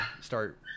start